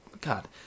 God